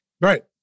Right